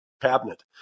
cabinet